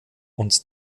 und